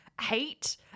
hate